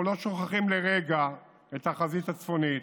אנחנו לא שוכחים לרגע את החזית הצפונית